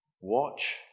Watch